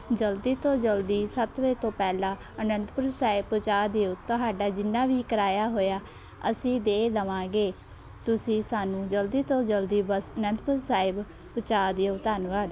ਜਲਦੀ ਤੋਂ ਜਲਦੀ ਸੱਤ ਵਜੇ ਤੋਂ ਪਹਿਲਾਂ ਅਨੰਦਪੁਰ ਸਾਹਿਬ ਪਹੁੰਚਾ ਦਿਓ ਤੁਹਾਡਾ ਜਿੰਨਾਂ ਵੀ ਕਿਰਾਇਆ ਹੋਇਆ ਅਸੀਂ ਦੇ ਦੇਵਾਂਗੇ ਤੁਸੀਂ ਸਾਨੂੰ ਜਲਦੀ ਤੋਂ ਜਲਦੀ ਬਸ ਅਨੰਦਪੁਰ ਸਾਹਿਬ ਪਹੁੰਚਾ ਦਿਓ ਧੰਨਵਾਦ